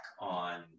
on